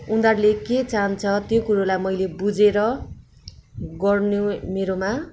उनीहरूले के चाहन्छ त्यो कुरोलाई मैले बुझेर गर्ने मेरोमा